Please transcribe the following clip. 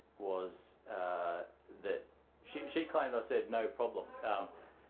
was that she she claimed i said no problem.